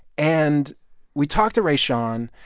and we talked to rashawn.